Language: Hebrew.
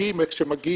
מגיעים איך שמגיעים,